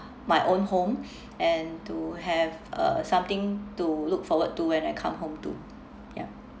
my own home and to have uh something to look forward to when I come home to yup